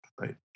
Right